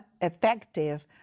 effective